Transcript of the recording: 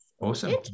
awesome